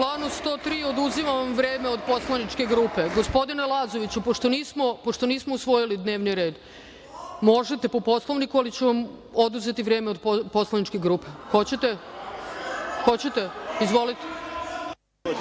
članu 103, oduzimam vam vreme od poslaničke grupe. Gospodine Lazoviću, pošto nismo usvojili dnevni red, možete po Poslovniku, ali ću vam oduzeti vreme od poslaničke grupe. Hoćete? Hoćete. Izvolite.